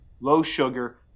low-sugar